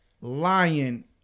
lying-